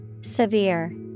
Severe